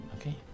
Okay